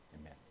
Amen